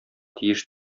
тиеш